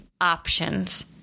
options